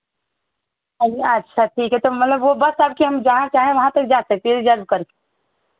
चलिए अच्छा ठीक है तो मतलब वह बस सबके हम जहाँ चाहें वहाँ तक जा सकते है रिजर्व करके